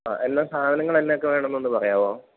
ആ എല്ലാ സാധനങ്ങള് എന്തൊക്കെ വേണമെന്നൊന്ന് പറയാമോ